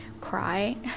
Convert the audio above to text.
cry